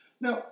Now